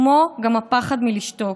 כמו גם הפחד מלשתוק.